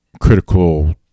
critical